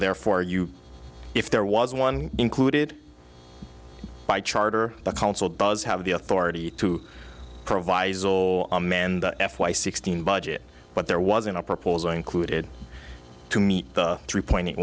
there for you if there was one included by charter the council does have the authority to provide saw amanda f y sixteen budget but there wasn't a proposal included to meet the three point